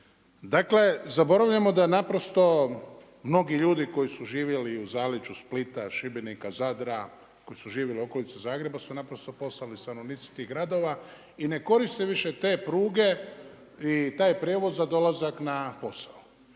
Dakle, zaboravljamo da je naprosto mnogi ljudi koji su živjeli u zaleđu Splita, Šibenika, Zadra, koji su živjeli u okolici Zagreba su naprosto postali stanovnici tih gradova i ne koriste više te pruge i taj prijevoz za dolazak na posao.